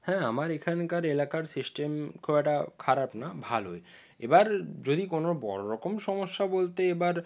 হ্যাঁ আমার এখানকার এলাকার সিস্টেম খুব একটা খারাপ না ভালোই এবার যদি কোনো বড় রকম সমস্যা বলতে এবার